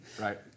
Right